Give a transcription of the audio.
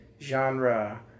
genre